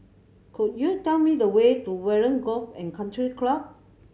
could you tell me the way to Warren Golf and Country Club